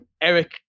Eric